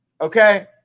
okay